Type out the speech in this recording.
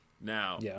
Now